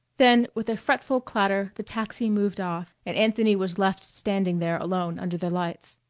then with a fretful clatter the taxi moved off, and anthony was left standing there alone under the lights.